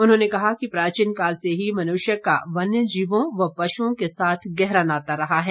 उन्होंने कहा कि प्राचीन काल से ही मनुष्य का वन्य जीवों व पशुओं के साथ गहरा नाता रहा है